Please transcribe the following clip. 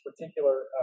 particular